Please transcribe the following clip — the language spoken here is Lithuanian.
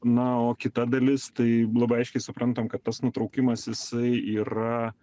na o kita dalis tai labai aiškiai suprantam kad tas nutraukimas jisai yra